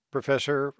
professor